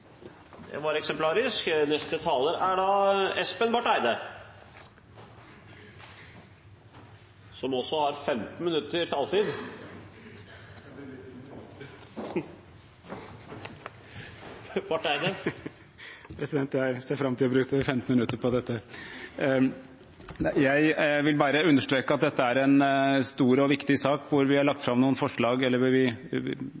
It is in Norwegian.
Espen Barth Eide har også 15 minutters taletid. Jeg ser fram til å bruke 15 minutter på dette. Jeg vil bare understreke at dette er en stor og viktig sak hvor vi kommer til å stemme for noen forslag som ble lagt